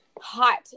hot